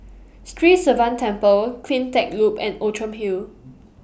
Sri Sivan Temple CleanTech Loop and Outram Hill